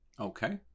Okay